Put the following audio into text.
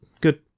good